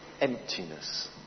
emptiness